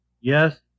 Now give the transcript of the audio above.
Yes